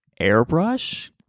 airbrush